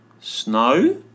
Snow